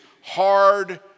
hard